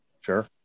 Sure